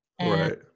Right